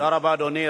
תודה רבה, אדוני.